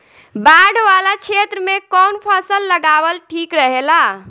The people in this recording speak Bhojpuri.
बाढ़ वाला क्षेत्र में कउन फसल लगावल ठिक रहेला?